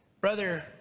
brother